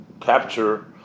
capture